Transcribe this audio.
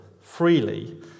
freely